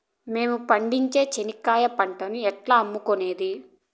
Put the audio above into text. మేము పండించే చెనక్కాయ పంటను ఎట్లా అమ్ముకునేది?